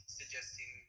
suggesting